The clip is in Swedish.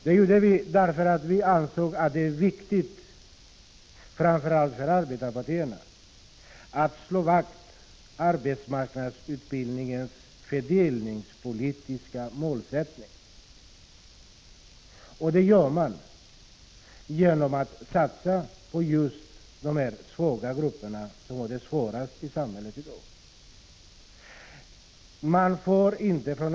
Det gjorde vi därför att vi anser att det är viktigt, framför allt för arbetarpartierna, att slå vakt om arbetsmarknadsutbildningens fördelningspolitiska målsättning, och det gör man genom att satsa på just de här svaga grupperna, som har det svårast i samhället i dag.